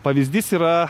pavyzdys yra